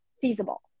feasible